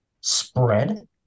spread